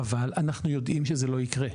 אבל אנחנו יודעים שזה לא יקרה.